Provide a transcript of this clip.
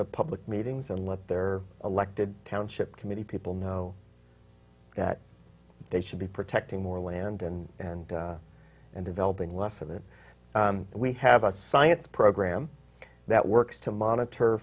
to public meetings and let their elected township committee people know they should be protecting more land and and and developing less of it we have a science program that works to monitor